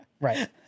right